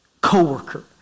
coworker